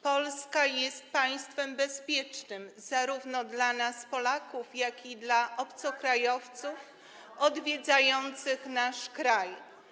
Polska jest państwem bezpiecznym zarówno dla nas, Polaków, jak i dla obcokrajowców odwiedzających nasz kraj.